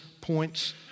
points